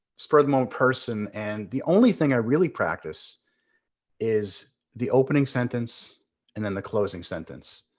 spur of the moment person. and the only thing i really practice is the opening sentence and then the closing sentence.